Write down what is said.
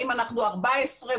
האם אנחנו 14,070,